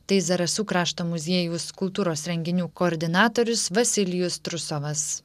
tai zarasų krašto muziejaus kultūros renginių koordinatorius vasilijus trusovas